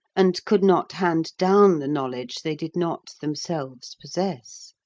and could not hand down the knowledge they did not themselves possess.